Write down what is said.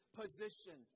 position